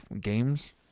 games